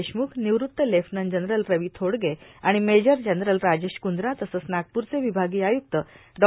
देशमुख निवृत्त lieutenant general Ravi Thodge आणि major general Rajesh Kundra तसंच नागपूरचे विभागीय आयुक्त डॉ